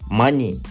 money